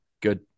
good